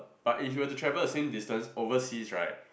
but if you were to travel the same distance overseas right